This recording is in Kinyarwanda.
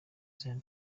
zion